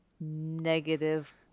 Negative